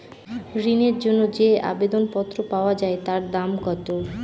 ঋণের জন্য যে আবেদন পত্র পাওয়া য়ায় তার দাম কত?